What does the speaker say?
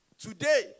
Today